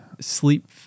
Sleep